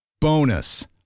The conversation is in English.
Bonus